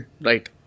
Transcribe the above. Right